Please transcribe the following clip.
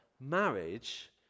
Marriage